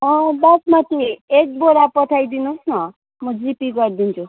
अँ बासमति एक बोरा पठाइदिनुहोस् न म जिपे गरिदिन्छु